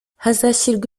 hazashyirwa